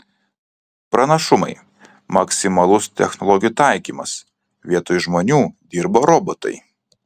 pranašumai maksimalus technologijų taikymas vietoj žmonių dirba robotai